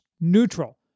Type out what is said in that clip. neutral